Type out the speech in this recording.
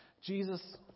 Jesus